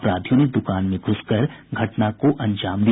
अपराधियों ने दुकान में घूसकर घटना को अंजाम दिया